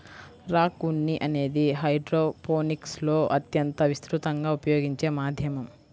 rock ఉన్ని అనేది హైడ్రోపోనిక్స్లో అత్యంత విస్తృతంగా ఉపయోగించే మాధ్యమం